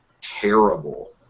terrible